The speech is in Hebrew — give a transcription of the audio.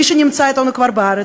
מי שכבר נמצא אתנו בארץ,